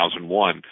2001